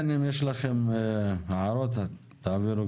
כן, אם יש לכם הערות, תעבירו